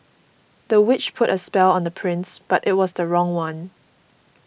the witch put a spell on the prince but it was the wrong one